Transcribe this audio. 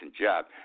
job